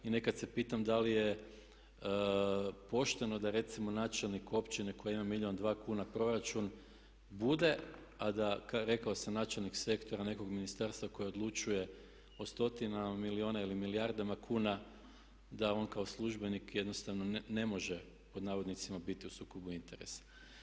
I nekad se pitam da li je pošteno da recimo načelnik općine koja ima milijun, dva kuna proračun bude a da rekao sam načelnik sektora nekog ministarstva koje odlučuje o stotinama milijuna ili milijardama kuna da on kao službenik jednostavno ne može pod navodnicima biti u sukobu interesa.